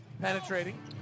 penetrating